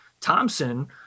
Thompson